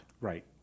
Right